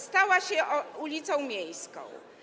Stała się ulicą miejską.